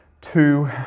Two